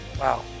Wow